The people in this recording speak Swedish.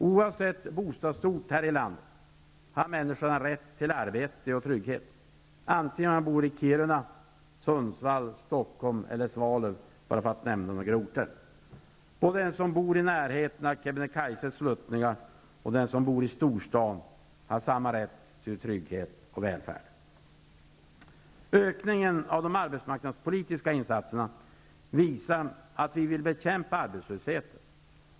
Oavsett bostadsort här i landet har människorna rätt till arbete och trygghet. Detta gäller vare sig man bor i Kiruna, Sundsvall, Stockholm eller Svalöv -- för att nämna några orter. Den som bor i närheten av Kebnekaises sluttningar och den som bor i storstaden har samma rätt till trygghet och välfärd. Ökningen av de arbetsmarknadspolitiska insatserna visar att vi vill bekämpa arbetslösheten.